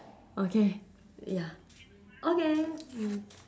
okay ya okay mm